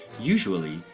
usually,